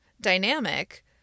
dynamic